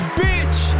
bitch